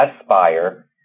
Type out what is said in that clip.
aspire